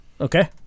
Okay